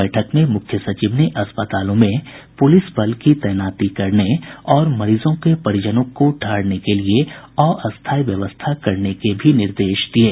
बैठक में मुख्य सचिव ने अस्पतालों में पुलिस बल की तैनाती करने और मरीजों के परिजनों को ठहरने के लिए अस्थायी व्यवस्था करने के भी निर्देश दिये